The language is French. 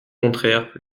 contraire